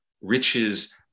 riches